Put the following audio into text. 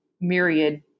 myriad